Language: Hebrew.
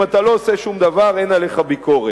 אם אתה לא עושה שום דבר, אין עליך ביקורת.